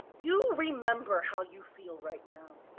you remember how you feel right now.